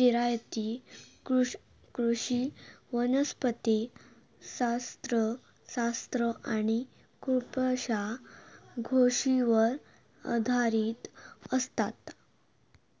जिरायती कृषी वनस्पति शास्त्र शास्त्र आणि खुपशा गोष्टींवर आधारित असता